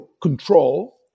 control